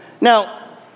Now